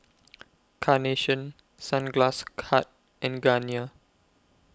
Carnation Sunglass Hut and Garnier